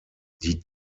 die